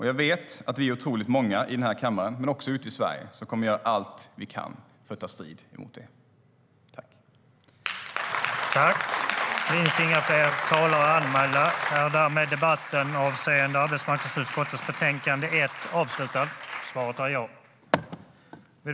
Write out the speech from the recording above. Jag vet att vi är otroligt många i den här kammaren, men också ute i Sverige, som kommer att göra allt vi kan för att ta strid mot det. Skatt, tull och exekutionÖverläggningen var härmed avslutad.